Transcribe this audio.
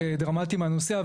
דרמטי מהנושא,